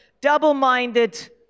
double-minded